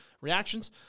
reactions